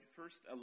first